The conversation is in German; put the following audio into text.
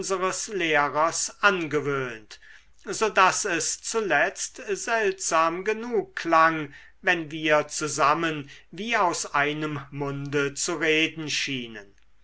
lehrers angewöhnt so daß es zuletzt seltsam genug klang wenn wir zusammen wie aus einem munde zu reden schienen